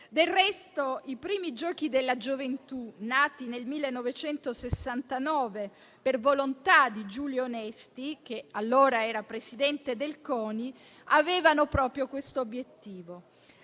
Del resto, i primi Giochi della gioventù, nati nel 1969 per volontà di Giulio Onesti, che allora era Presidente del CONI, avevano proprio questo obiettivo.